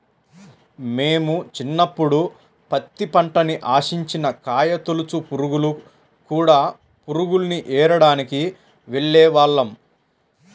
మేము చిన్నప్పుడు పత్తి పంటని ఆశించిన కాయతొలచు పురుగులు, కూడ పురుగుల్ని ఏరడానికి వెళ్ళేవాళ్ళం